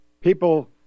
people